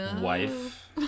wife